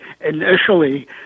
initially